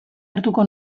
hartuko